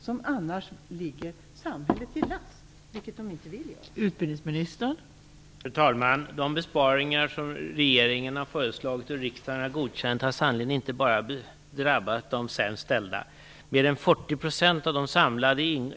De ligger annars samhället till last, vilket de inte vill göra.